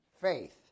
faith